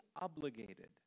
obligated